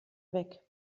weg